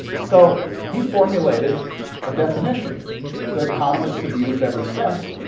so he formulated a definition that economists have used, ever since,